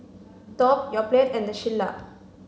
Top Yoplait and the Shilla